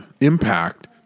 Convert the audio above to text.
Impact